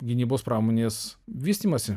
gynybos pramonės vystymąsi